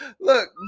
look